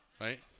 right